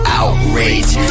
outrage